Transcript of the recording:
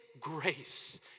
grace